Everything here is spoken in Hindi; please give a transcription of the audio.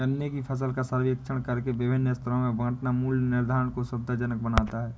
गन्ने की फसल का सर्वेक्षण करके विभिन्न स्तरों में बांटना मूल्य निर्धारण को सुविधाजनक बनाता है